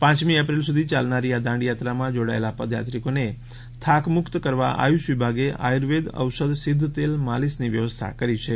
પાંચમી એપ્રિલ સુધી ચાલનારી આ દાંડીયાત્રામાં જોડાયેલા પદયાત્રિકોને થાક મુક્ત કરવા આયુષ વિભાગે આયુર્વેદ ઔષધ સિધ્ધ તેલ માલીશની વ્યવસ્થા કરી છે